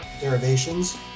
derivations